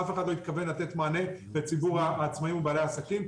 לתת מענה לציבור העצמאיים ובעלי העסקים.